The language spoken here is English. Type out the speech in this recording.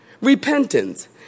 Repentance